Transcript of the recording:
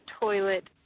toilet